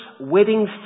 wedding